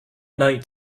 night